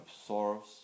absorbs